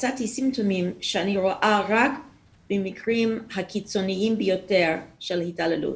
מצאתי סימפטומים שאני רואה רק במקרים הקיצוניים ביותר של התעללות.